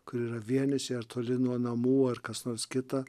kur yra vieniši ar toli nuo namų ar kas nors kita